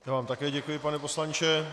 Já vám také děkuji, pane poslanče.